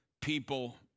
people